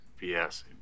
BS